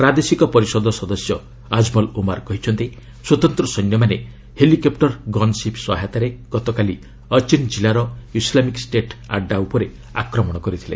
ପ୍ରାଦେଶିକ ପରିଷଦ ସଦସ୍ୟ ଆଜମଲ ଓମାର କହିଛନ୍ତି ସ୍ୱତନ୍ତ ସୈନ୍ୟମାନେ ହେଲିକପୁର ଗନ୍ ସିପ୍ ସହାୟତାରେ ଗତକାଲି ଅଚିନ୍ ଜିଲ୍ଲାର ଇସ୍ଲାମିକ୍ ଷ୍ଟେଟ୍ ଆଡ୍ରା ଉପରେ ଆକ୍ରମଣ କରିଥିଲେ